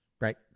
Right